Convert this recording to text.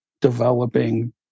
developing